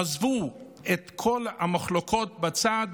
עזבו את כל המחלוקות בצד